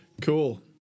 Cool